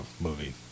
movie